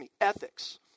ethics